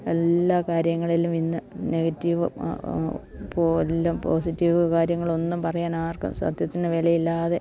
എല്ലാ കാര്യങ്ങളിലും ഇന്ന് നെഗറ്റീവ് പോ എല്ലാം പോസിറ്റീവ് കാര്യങ്ങളൊന്നും പറയാൻ ആർക്കും സത്യത്തിന് വിലയില്ലാതെ